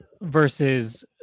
versus